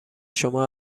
شما